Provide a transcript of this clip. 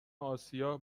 آسیا